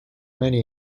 many